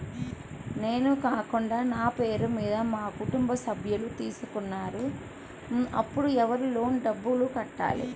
నేను కాకుండా నా పేరు మీద మా కుటుంబ సభ్యులు తీసుకున్నారు అప్పుడు ఎవరు లోన్ డబ్బులు కట్టాలి?